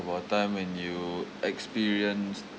a time when you experience